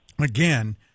again